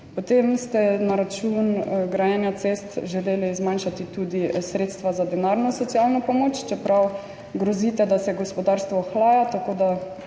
Potem ste na račun grajenja cest želeli zmanjšati tudi sredstva za denarno socialno pomoč, čeprav grozite, da se gospodarstvo ohlaja, tako da